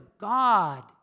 God